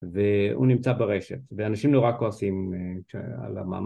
והוא נמצא ברשת, ואנשים נורא כועסים על המאמן